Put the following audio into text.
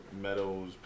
Meadows